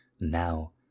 now